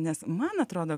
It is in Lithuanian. nes man atrodo